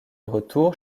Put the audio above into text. retour